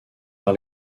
par